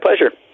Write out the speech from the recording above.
pleasure